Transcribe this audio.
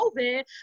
COVID